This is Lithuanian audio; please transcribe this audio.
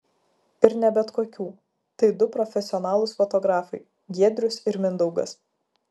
ir ne bet kokių tai du profesionalūs fotografai giedrius ir mindaugas